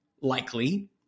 likely